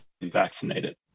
vaccinated